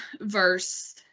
verse